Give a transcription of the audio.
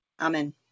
Amen